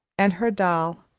and her doll,